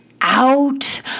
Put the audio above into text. out